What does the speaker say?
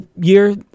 year